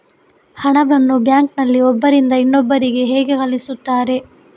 ಹಣವನ್ನು ಬ್ಯಾಂಕ್ ನಲ್ಲಿ ಒಬ್ಬರಿಂದ ಇನ್ನೊಬ್ಬರಿಗೆ ಹೇಗೆ ಕಳುಹಿಸುತ್ತಾರೆ?